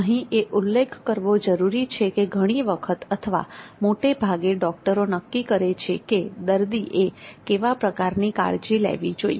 અહીં એ ઉલ્લેખ કરવો જરૂરી છે કે ઘણી વખત અથવા મોટા ભાગે ડોક્ટરો નક્કી કરે છે કે દર્દી એ કેવા પ્રકારની કાળજી લેવી જોઈએ